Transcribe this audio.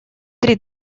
три